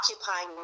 occupying